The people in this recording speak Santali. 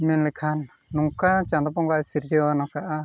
ᱢᱮᱱᱞᱮᱠᱷᱟᱱ ᱱᱚᱝᱠᱟ ᱪᱟᱸᱫᱚ ᱵᱚᱸᱜᱟᱭ ᱥᱤᱨᱡᱟᱹᱣ ᱠᱟᱜᱼᱟ